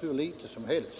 hur liten den än är.